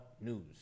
news